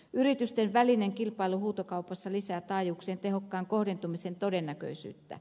yritysten välinen kilpailu huutokaupassa lisää taajuuksien tehokkaan kohdentumisen todennäköisyyttä